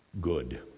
good